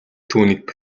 түүнийг